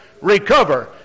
Recover